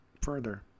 further